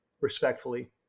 respectfully